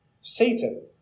Satan